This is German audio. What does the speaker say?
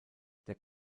der